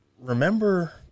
remember